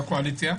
מהקואליציה,